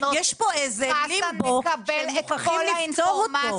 יש פה איזה לימבו שמוכרחים לפתור אותו.